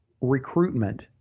recruitment